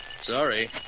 Sorry